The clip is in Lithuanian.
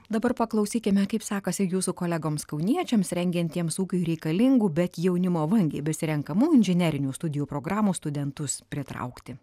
dabar paklausykime kaip sekasi jūsų kolegoms kauniečiams rengiantiems ūkiui reikalingų bet jaunimo vangiai besirenkamų inžinerinių studijų programų studentus pritraukti